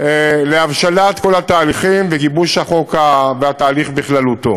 להבשלת כל התהליכים וגיבוש החוק והתהליך בכללותו.